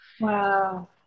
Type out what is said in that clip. Wow